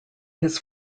his